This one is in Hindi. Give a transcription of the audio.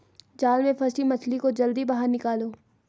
जाल में फसी मछली को जल्दी बाहर निकालो